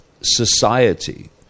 society